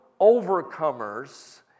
overcomers